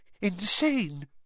Insane